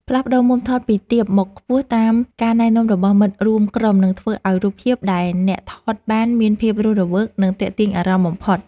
ផ្លាស់ប្តូរមុំថតពីទាបមកខ្ពស់តាមការណែនាំរបស់មិត្តរួមក្រុមនឹងធ្វើឱ្យរូបភាពដែលអ្នកថតបានមានភាពរស់រវើក និង ទាក់ទាញអារម្មណ៍បំផុត។